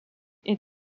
est